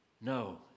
No